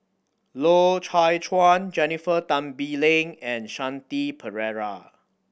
Loy Chye Chuan Jennifer Tan Bee Leng and Shanti Pereira